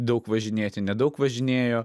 daug važinėti nedaug važinėjo